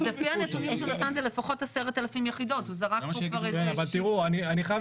------ אני חייב